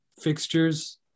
fixtures